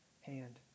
hand